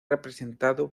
representado